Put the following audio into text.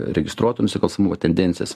registruoto nusikalstamumo tendencijas